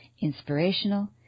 inspirational